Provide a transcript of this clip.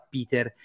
Peter